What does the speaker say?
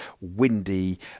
windy